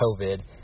COVID